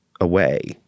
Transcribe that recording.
away